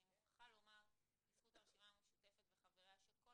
אני מוכרחה לומר לזכות הרשימה המשותפת וחבריה שכל